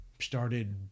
started